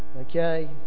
Okay